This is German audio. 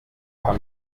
paar